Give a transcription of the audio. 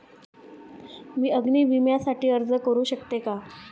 मी अग्नी विम्यासाठी अर्ज करू शकते का?